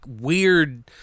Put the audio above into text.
weird